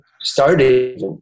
started